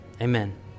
Amen